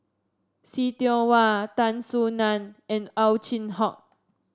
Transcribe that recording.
See Tiong Wah Tan Soo Nan and Ow Chin Hock